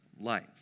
life